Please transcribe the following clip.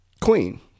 Queen